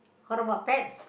how about pets